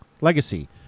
legacy